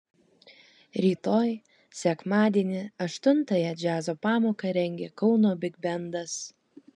rytoj sekmadienį aštuntąją džiazo pamoką rengia kauno bigbendas